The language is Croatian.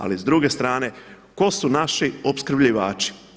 Ali s druge strane, tko su naši opskrbljivači?